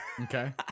Okay